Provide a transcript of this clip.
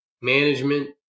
management